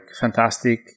fantastic